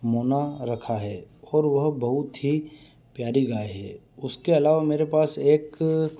मोना रखा है और वह बहुत ही प्यारी गाय है उसके अलावा मेरे पास एक